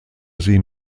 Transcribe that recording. sie